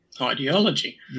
ideology